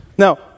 Now